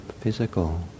physical